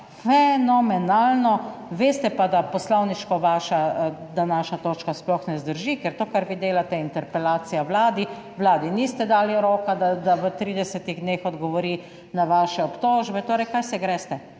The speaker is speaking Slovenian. fenomenalno. Veste pa, da poslovniško vaša današnja točka sploh ne zdrži, ker to kar vi delate, je interpelacija Vladi; Vladi niste dali roka, da v 30 dneh odgovori na vaše obtožbe. Torej kaj se greste?